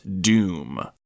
Doom